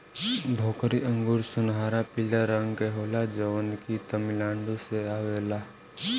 भोकरी अंगूर सुनहरा पीला रंग के होला जवन की तमिलनाडु से आवेला